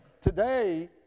today